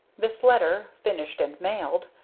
this letter, finished and mailed,